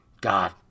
God